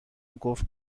گفت